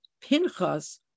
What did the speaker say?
Pinchas